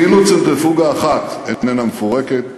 אפילו צנטריפוגה אחת איננה מפורקת.